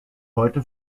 heute